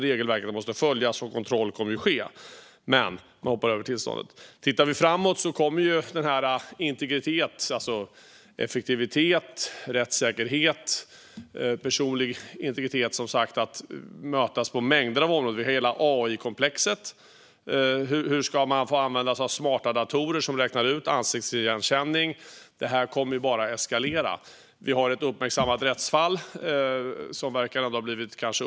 Regelverken måste följas, och kontroll kommer att ske. Men man hoppar över tillståndet. Tittar vi framåt kommer effektivitet, rättssäkerhet och personlig integritet som sagt att mötas på mängder av områden. Vi har hela AI-komplexet. Hur ska man få använda sig av smarta datorer som räknar ut ansiktsigenkänning? Det här kommer bara att eskalera. Vi har ett uppmärksammat rättsfall som verkar ha blivit uppklarat.